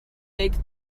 make